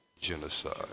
genocide